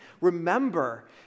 Remember